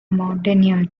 mountaineer